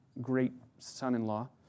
great-son-in-law